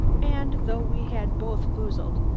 and though we had both foozled,